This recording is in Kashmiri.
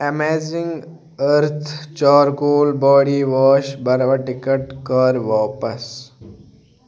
amazing earth charcoal body wash product کر واپس